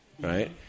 Right